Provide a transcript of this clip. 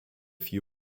few